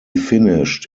finished